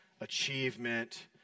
achievement